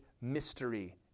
mystery